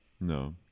no